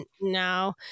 no